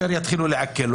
ישר יתחילו לעקל.